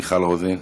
מיכל רוזין,